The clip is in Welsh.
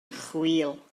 chwil